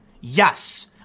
yes